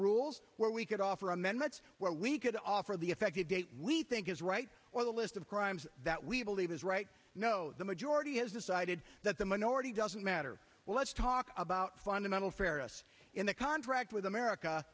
rules where we could offer amendments where we could offer the effective date we think is right or the list of crimes that we believe is right no the majority has decided that the minority doesn't matter let's talk about fundamental fairness in the contract with america